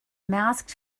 masked